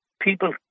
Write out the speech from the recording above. People